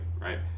right